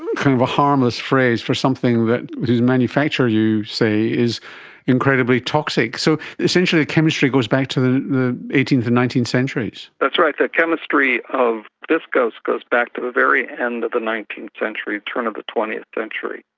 and kind of a harmless phrase for something whose manufacture, you say, is incredibly toxic. so essentially the chemistry goes back to the the eighteenth and nineteenth centuries. that's right, the chemistry of viscose goes goes back to the very end of the nineteenth century, turn of the twentieth century.